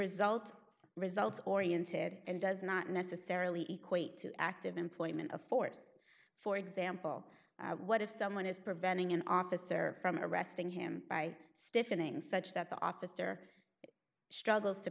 result results oriented and does not necessarily equate to active employment of force for example what if someone is preventing an officer from arresting him by stiffening such that the officer struggles to